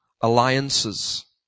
Alliances